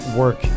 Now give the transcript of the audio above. work